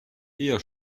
eher